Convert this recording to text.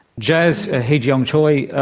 jaz ah hee-jeong choi,